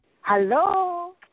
Hello